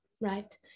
right